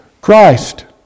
Christ